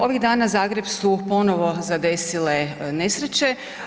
Ovih dana, Zagreb su ponovo zadesile nesreće.